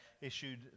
issued